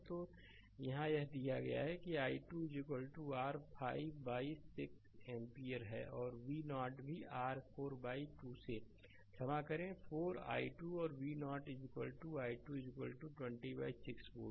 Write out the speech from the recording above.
तो यहाँ यह दिया गया है कि i2 r 5 बाइ 6 एम्पीयरampere और v0 भी r 4 बाइ 2 से क्षमा करें 4 i2 और v0 i2 20बाइ 6 वोल्ट